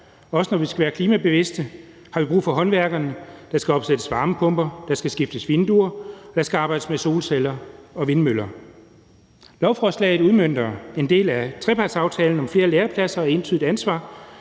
Også når vi skal være klimabevidste, har vi brug for håndværkerne: Der skal opsættes varmepumper, der skal skiftes vinduer, der skal arbejdes med solceller og vindmøller. Lovforslaget udmønter en del af »Trepartsaftalen om flere lærepladser og entydigt ansvar«